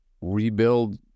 rebuild